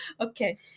Okay